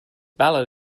ballad